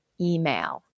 email